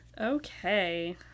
Okay